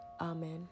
amen